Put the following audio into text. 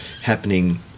happening